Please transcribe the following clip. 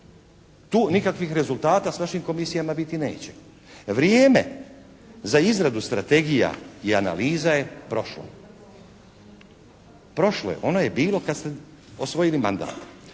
Tu nikakvih rezultata s vašim komisijama biti neće. Vrijeme za izradu strategija i analiza je prošlo. Prošlo je. Ono je bilo kad ste osvojili mandat.